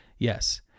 Yes